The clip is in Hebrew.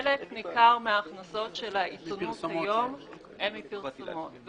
חלק ניכר מהכנסות העיתונות היום הן מפרסומות.